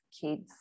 kids